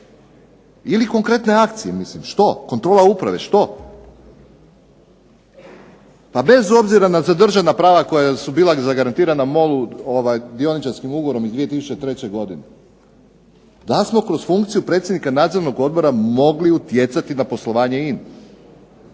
ili konkretne akcije, mislim što, kontrola uprave, što? Pa bez obzira na zadržana prava koja su bila zagarantirana MOL-u dioničarskim ugovorom iz 2003. godine da smo kroz funkciju predsjednika Nadzornog odbora mogli utjecati na poslovanje